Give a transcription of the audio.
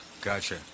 gotcha